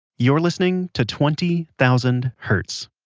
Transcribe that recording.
you're listening to twenty thousand hertz